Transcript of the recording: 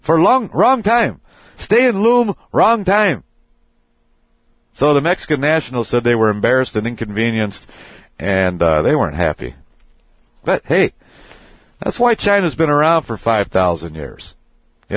for long runtime stay loom wrong time so the mexican national said they were embarrassed and inconvenienced and they weren't happy but hey that's why china's been around for five thousand years you